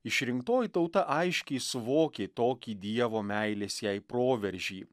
išrinktoji tauta aiškiai suvokė tokį dievo meilės jai proveržį